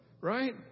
right